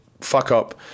fuck-up